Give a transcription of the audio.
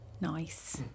Nice